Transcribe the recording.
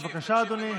בבקשה, אדוני.